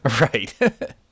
right